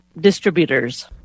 distributors